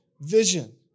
vision